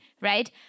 right